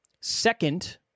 second